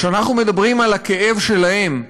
כשאנחנו מדברים על הכאב שלהם,